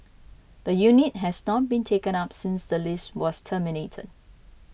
the unit has not been taken up since the lease was terminated